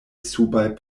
subaj